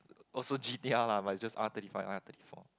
also G_T_R lah but just R thirty five R thirty four